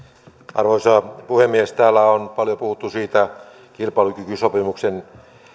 arvoisa puhemies täällä on paljon puhuttu kilpailukykysopimuksen